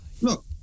Look